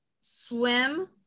Swim